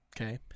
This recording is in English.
Okay